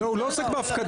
הוא לא עוסק בהפקדה.